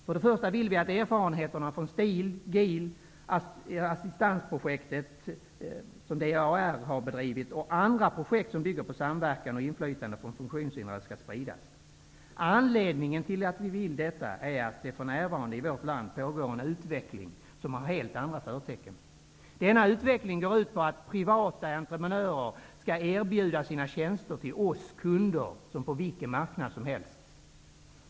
För det första vill vi att erfarenheterna från STIL, GIL, assistansprojektet som DHR har bedrivit och andra projekt som bygger på samverkan och inflytande från de funktionshindrade skall spridas. Anledningen är att det för närvarande i vårt land pågår en utveckling med helt andra förtecken. Denna utveckling går ut på att privata entreprenörer skall erbjuda sina tjänster till oss kunder som på vilken marknad som helst.